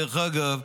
דרך אגב,